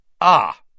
Ah